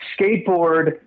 skateboard –